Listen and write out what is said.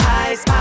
eyes